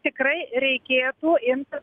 tikrai reikėtų imtis